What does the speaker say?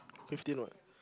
fifteen what